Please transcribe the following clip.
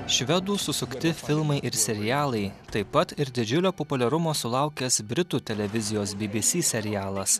švedų susukti filmai ir serialai taip pat ir didžiulio populiarumo sulaukęs britų televizijos bbc serialas